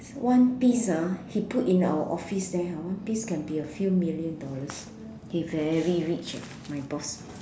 one piece ah he put in our office there ah one piece can be a few million dollars he very rich ah my boss